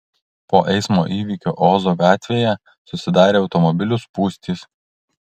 po eismo įvykio ozo gatvėje susidarė automobilių spūstys